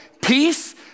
peace